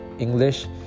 English